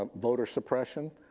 ah voter suppression,